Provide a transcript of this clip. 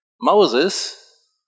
Moses